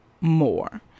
more